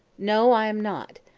no, i am not.